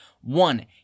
One